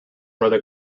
rather